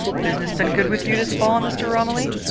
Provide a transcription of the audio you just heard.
business been good with you this fall, mr. romilly?